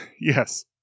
Yes